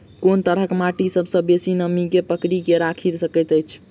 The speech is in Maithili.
कोन तरहक माटि सबसँ बेसी नमी केँ पकड़ि केँ राखि सकैत अछि?